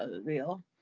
real